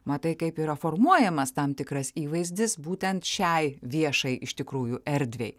matai kaip yra formuojamas tam tikras įvaizdis būtent šiai viešai iš tikrųjų erdvei